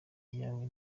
yawe